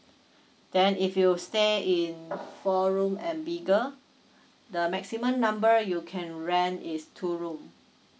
then if you stay in four room and bigger the maximum number you can rent is two room